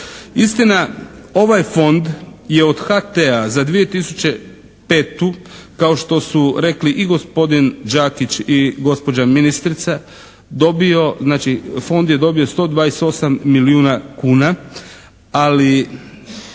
Istina, ovaj Fond je od HT-a za 2005. kao što su rekli i gospodin Đakić i gospođa ministrica dobio znači Fond je dobio 128 milijuna kuna, ali